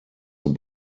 zum